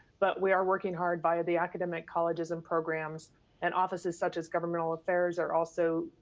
but we are working hard via the academic colleges and programs and offices such as governmental affairs are also